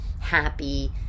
happy